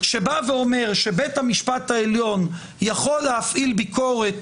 שבא ואומר שבית המשפט העליון יכול להפעיל ביקורת